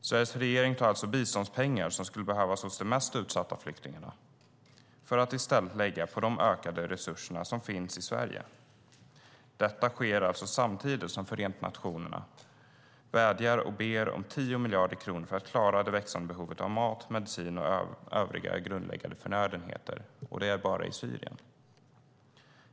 Sveriges regering tar alltså biståndspengar som skulle behövas hos de mest utsatta flyktingarna för att i stället öka resurserna till dem som finns i Sverige. Detta sker samtidigt som Förenta nationerna bönar och ber om 10 miljarder kronor för att klara det växande behovet av mat, medicin och övriga grundläggande förnödenheter, och det bara i Syrien.